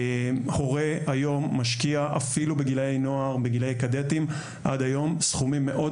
הורה היום משקיע אפילו בגילאי נוער מגילאי כד"תים עד היום סכומים מאוד